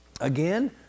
again